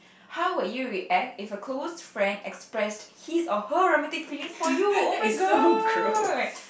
how would you react if a close friend expressed his or her romantic feelings for you oh-my-god